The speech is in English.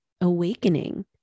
awakening